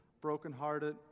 brokenhearted